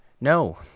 No